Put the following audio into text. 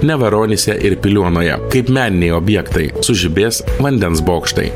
neveronyse ir piliuonoje kaip meniniai objektai sužibės vandens bokštai